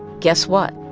guess what?